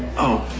oh.